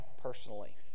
personally